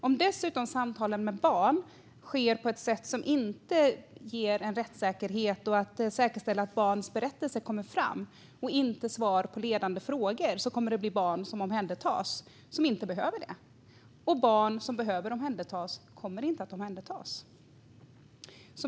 Om dessutom samtal med barn sker på ett sätt som inte ger rättssäkerhet och det inte säkerställs att det är barnens berättelser som kommer fram och inte svar på ledande frågor kommer det att bli så att barn omhändertas fast de inte behöver det och att barn som behöver omhändertas inte omhändertas.